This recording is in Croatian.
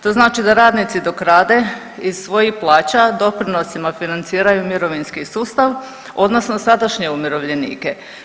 To znači da radnici dok rade iz svojih plaća doprinosima financiraju mirovinski sustav, odnosno sadašnje umirovljenike.